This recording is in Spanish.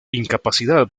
incapacidad